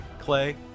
Clay